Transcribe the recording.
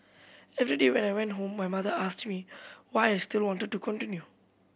every day when I went home my mother asked me why I still wanted to continue